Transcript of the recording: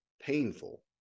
painful